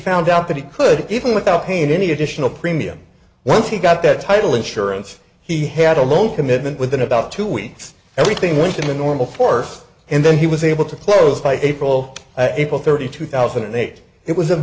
found out that he could even without paying any additional premium once he got that title insurance he had a loan commitment within about two weeks everything went in the normal fourth and then he was able to close by april april thirtieth two thousand and eight it was a